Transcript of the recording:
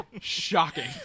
Shocking